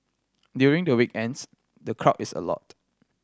during the weekends the crowd is a lot